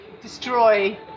destroy